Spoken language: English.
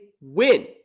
win